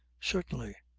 certainly.